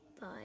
bye